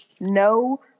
no